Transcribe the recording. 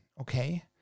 okay